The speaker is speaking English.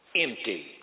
empty